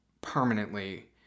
permanently